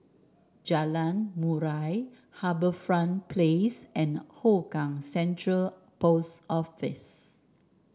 Jalan Murai HarbourFront Place and Hougang Central Post Office